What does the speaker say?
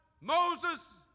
Moses